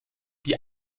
die